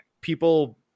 people